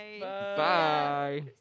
Bye